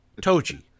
Toji